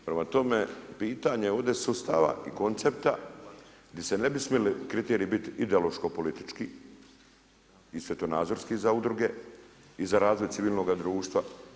Prema tome, pitanje ovdje sustava koncepta, gdje se ne bi smijali kriteriji biti ideološko politički i svjetonazorski za udruge i za razvoj civilnoga društva.